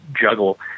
juggle